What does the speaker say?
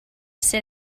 sit